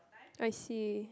I see